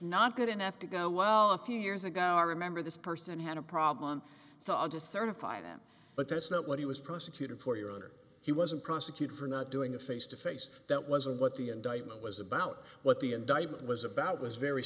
not good enough to go well a few years ago remember this person had a problem sought to certify them but that's not what he was prosecuted for your honor he wasn't prosecuted for not doing a face to face that wasn't what the indictment was about what the indictment was about was very